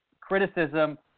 criticism